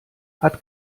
hat